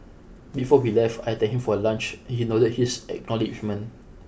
before we left I thanked him for lunch he nodded his acknowledgement